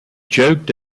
joked